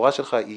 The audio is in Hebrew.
העבירה שלך היא